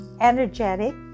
energetic